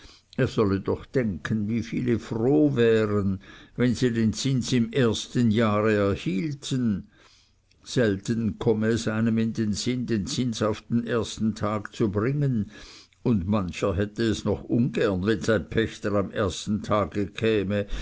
er solle doch denken wie viele froh wären wenn sie den zins im ersten jahre erhielten selten einem komme es in sinn den zins auf den ersten tag zu bringen und mancher hätte es noch ungern wenn sein pächter am ersten tage